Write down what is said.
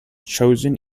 chosen